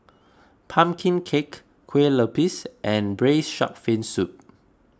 Pumpkin Cake Kue Lupis and Braised Shark Fin Soup